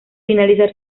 finalizar